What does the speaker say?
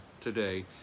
today